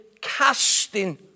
casting